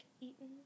eaten